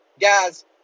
Guys